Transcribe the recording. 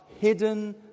hidden